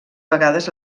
vegades